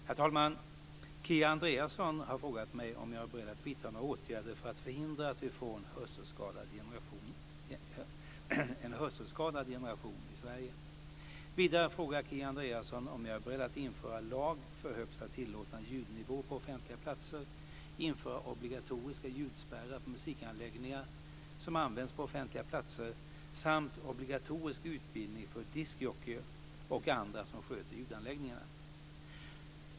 Herr talman! Kia Andreasson har frågat mig om jag är beredd att vidta några åtgärder för att förhindra att vi får en hörselskadad generation i Sverige. Vidare frågar Kia Andreasson om jag är beredd att införa lag för högsta tillåtna ljudnivå på offentliga platser, införa obligatoriska ljudspärrar på musikanläggningar som används på offentliga platser samt obligatorisk utbildning för diskjockeyer och andra som sköter ljudanläggningarna.